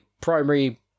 Primary